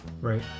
Right